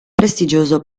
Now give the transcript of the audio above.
prestigioso